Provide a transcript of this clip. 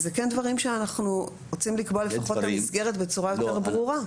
זה כן דברים שאנחנו רוצים לקבוע לפחות את המסגרת בצורה יותר ברורה.